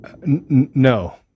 No